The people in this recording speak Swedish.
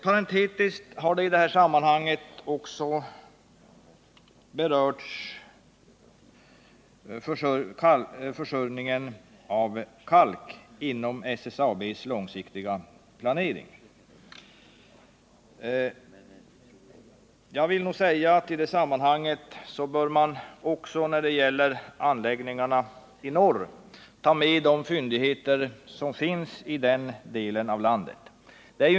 Parentetiskt har man i detta sammanhang också berört försörjningen av kalk inom SSAB:s långsiktiga planering. När det gäller anläggningarna i norr bör man ta med de fyndigheter som finns i den delen av landet.